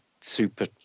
super